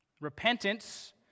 Repentance